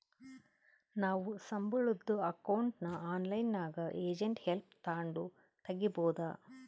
ನಾವು ಸಂಬುಳುದ್ ಅಕೌಂಟ್ನ ಆನ್ಲೈನ್ನಾಗೆ ಏಜೆಂಟ್ ಹೆಲ್ಪ್ ತಾಂಡು ತಗೀಬೋದು